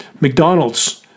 McDonald's